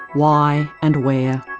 why and where,